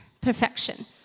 perfection